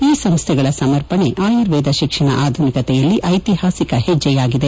ಈ ಸಂಸ್ಥೆಗಳ ಸಮರ್ಪಣೆ ಆಯುರ್ವೇದ ಶಿಕ್ಷಣ ಆಧುನಿಕತೆಯಲ್ಲಿ ಐತಿಹಾಸಿಕ ಹೆಜ್ಜೆಯಾಗಿದೆ